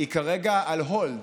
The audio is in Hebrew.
היא כרגע על hold.